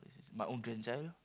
my own grandchild